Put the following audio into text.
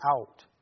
out